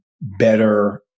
better